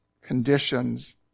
conditions